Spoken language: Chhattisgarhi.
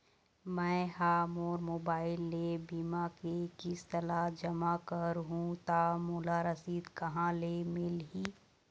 मैं हा मोर मोबाइल ले बीमा के किस्त ला जमा कर हु ता मोला रसीद कहां ले मिल ही?